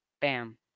Bam